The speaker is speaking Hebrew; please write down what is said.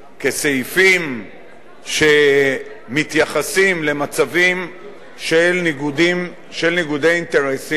כסעיפים שמתייחסים למצבים של ניגודי אינטרסים,